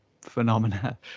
phenomena